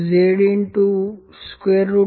C